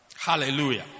Hallelujah